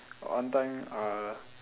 got one time uh